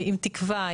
עם תקווה,